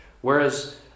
Whereas